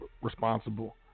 responsible